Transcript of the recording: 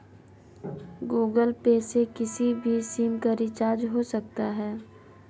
Google Pay से किसी भी सिम का रिचार्ज हो सकता है